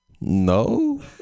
no